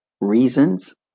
Reasons